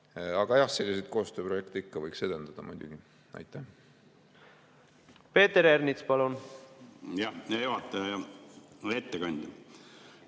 Aga jah, selliseid koostööprojekte ikka võiks edendada muidugi. Peeter